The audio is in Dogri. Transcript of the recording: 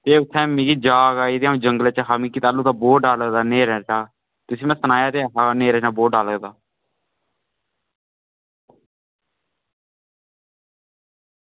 ते उत्थै मिगी जाग आई ते अं'ऊ जंगलै च हा मिगी तैलू दा बौह्त डर लगदा न्हेरे शा तुसी में सनाया ते ऐ हा न्हेरे शा बौह्त डर लगदा